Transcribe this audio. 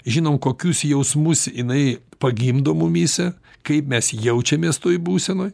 žinom kokius jausmus jinai pagimdo mumyse kaip mes jaučiamės toj būsenoj